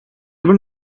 were